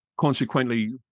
Consequently